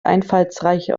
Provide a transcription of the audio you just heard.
einfallsreiche